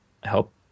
help